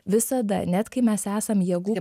visada net kai mes esam jėgų